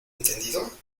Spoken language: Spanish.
entendido